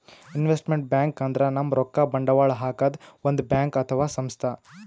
investment bank ಅಂದ್ರ ನಮ್ ರೊಕ್ಕಾ ಬಂಡವಾಳ್ ಹಾಕದ್ ಒಂದ್ ಬ್ಯಾಂಕ್ ಅಥವಾ ಸಂಸ್ಥಾ